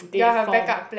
they form